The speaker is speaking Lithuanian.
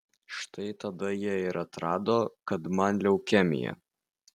štai tada jie ir atrado kad man leukemija